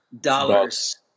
dollars